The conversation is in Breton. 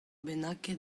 bennak